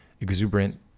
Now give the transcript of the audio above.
exuberant